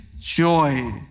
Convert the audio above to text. joy